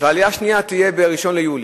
והעלייה השנייה תהיה ב-1 ביולי.